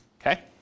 Okay